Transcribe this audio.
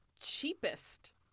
cheapest